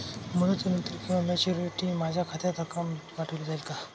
मुदतीनंतर किंवा मॅच्युरिटी माझ्या खात्यात रक्कम पाठवली जाईल का?